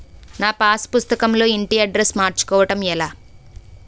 నా పాస్ పుస్తకం లో ఇంటి అడ్రెస్స్ మార్చుకోవటం ఎలా?